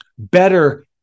better